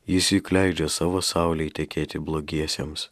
išsyk leidžia savo saulei tekėti blogiesiems